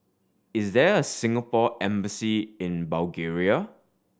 is there a Singapore Embassy in Bulgaria